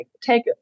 take